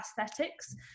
aesthetics